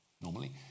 normally